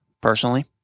personally